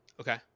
Okay